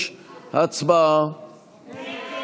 5. הצבעה.